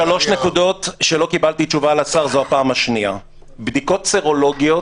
שלוש נקודות שלא קיבלתי עליהן תשובה: בדיקות סרולוגיות.